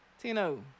Tino